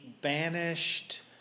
banished